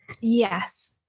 yes